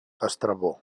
estrabó